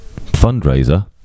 fundraiser